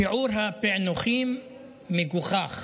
שיעור הפענוחים מגוחך.